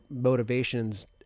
motivations